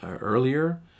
earlier